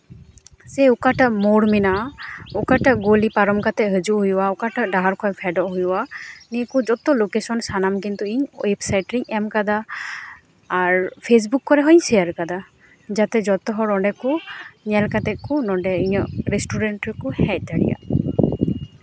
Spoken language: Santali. ᱥᱮ ᱚᱠᱟᱴᱟᱜ ᱢᱳᱲ ᱢᱮᱱᱟᱜᱼᱟ ᱚᱠᱟᱴᱟᱜ ᱜᱩᱞᱤ ᱯᱟᱨᱚᱢ ᱠᱟᱛᱮ ᱦᱟᱡᱩᱜ ᱦᱩᱭᱩᱜᱼᱟ ᱚᱠᱟᱴᱟᱜ ᱰᱟᱦᱟᱨ ᱠᱷᱚᱡ ᱯᱷᱮᱰᱚᱜ ᱦᱩᱭᱩᱜᱼᱟ ᱱᱤᱭᱟᱹ ᱠᱚ ᱡᱚᱛᱚ ᱞᱳᱠᱮᱥᱚᱱ ᱥᱟᱱᱟᱢ ᱠᱤᱱᱛᱩ ᱤᱧ ᱚᱭᱮᱵ ᱥᱟᱭᱤᱴ ᱨᱤᱧ ᱮᱢ ᱠᱟᱫᱟ ᱟᱨ ᱯᱷᱮᱥᱵᱩᱠ ᱠᱮᱨᱚ ᱦᱩᱧ ᱥᱮᱭᱟᱨ ᱠᱟᱫᱟ ᱡᱟᱛᱮ ᱡᱚᱛᱚ ᱦᱚᱲ ᱚᱸᱰᱮ ᱠᱚ ᱧᱮᱞ ᱠᱟᱛᱮ ᱠᱚ ᱱᱚᱰᱮ ᱤᱧᱟᱹᱜ ᱨᱮᱥᱴᱩᱨᱮᱱᱴ ᱨᱮᱠᱚ ᱦᱮᱡ ᱫᱟᱲᱮᱭᱟᱜ